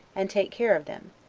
and take care of them,